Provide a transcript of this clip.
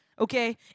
Okay